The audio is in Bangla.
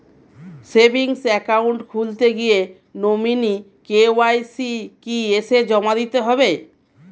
সেভিংস একাউন্ট খুলতে গিয়ে নমিনি কে.ওয়াই.সি কি এসে জমা দিতে হবে?